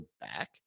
back